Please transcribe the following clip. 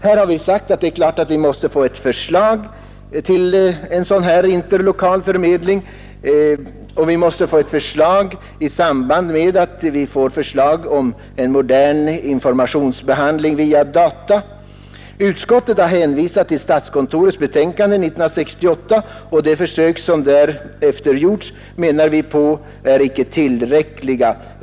Vi har sagt att det är klart att vi måste få ett förslag till en sådan här interlokal förmedling i samband med att det blir en modern informationsbehandling via data. Utskottet har hänvisat till statskontorets betänkande 1968. De försök som därefter gjorts är inte tillräckliga, menar vi.